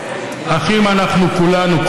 אחים אנחנו כולנו,